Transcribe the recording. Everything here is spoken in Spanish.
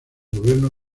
gobierno